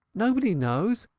nobody knows.